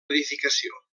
edificació